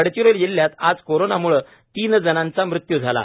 गडचिरोली जिल्ह्यात आज कोरोनाम्ळे तीन जणांचा मृत्यू झाला